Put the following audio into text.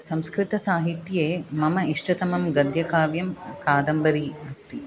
संस्कृतसाहित्ये मम इष्टतमं गद्यकाव्यं कादम्बरी अस्ति